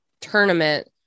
tournament